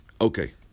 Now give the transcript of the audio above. Okay